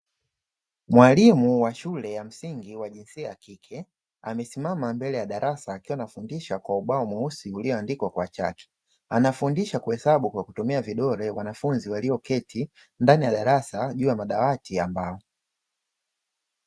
Mwalimu wa shule ya msingi wa jinsia ya kike, amesimama mbele ya darasa akiwa anafundisha kwa ubao mweusi ulioandikwa kwa chaki, anafundisha kuhesabu kwa kutumia vidole wanafunzi walioketi, ndani ya darasa juu ya madawati ya mbao.